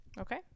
Okay